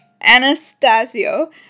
Anastasio